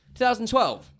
2012